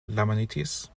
lamanites